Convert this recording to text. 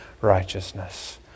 righteousness